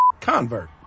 convert